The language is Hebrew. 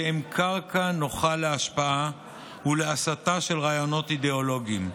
שהם קרקע נוחה להשפעה ולהסתה של רעיונות אידיאולוגיים.